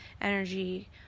energy